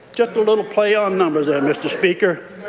just a little play on numbers there, mr. speaker.